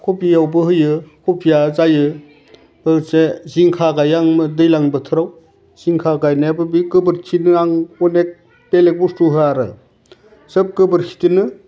कफियावबो होयो कफिया जायो लोगोसे जिंखा गाइयो आं दैलां बोथोराव जिंखा गायनायाबो बे गोबोरखिनो आं अनेक बेलेग बुस्थु होया आरो सोब गोबोरखिजोंनो